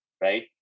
right